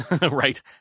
right